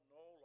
no